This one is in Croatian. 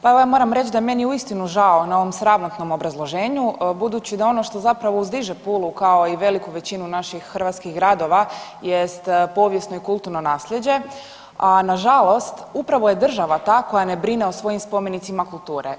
Pa evo ja moram reći da je meni uistinu žao na ovom sramotnom obrazloženju budući da ono što zapravo uzdiže Pulu kao i veliku većinu naših hrvatskih gradova jest povijesno i kulturno nasljeđe a nažalost upravo je država ta koja ne brine o svojim spomenicima kulture.